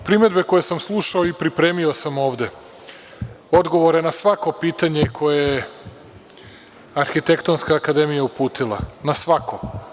Primedbe koje sam slušao i pripremio sam ovde odgovore na svako pitanje koje je Arhitektonska akademija uputila, na svako.